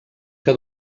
que